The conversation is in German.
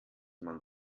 man